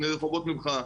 שני רחובות ממך,